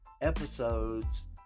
episodes